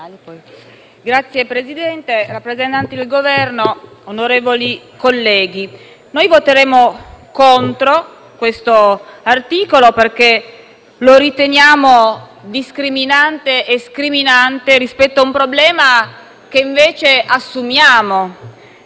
Signor Presidente, rappresentanti del Governo, onorevoli colleghi, voteremo contro questo articolo perché lo riteniamo discriminante e scriminante rispetto a un problema che invece assumiamo,